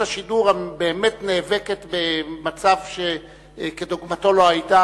השידור באמת נאבקת במצב שכדוגמתו לא היה,